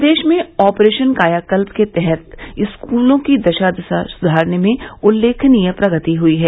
प्रदेश में ऑपरेशन कायाकल्प के तहत स्कूलों की दिशा दशा सुधारने में उल्लेखनीय प्रगति हुई है